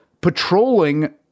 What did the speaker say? Patrolling